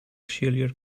chillier